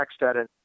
TextEdit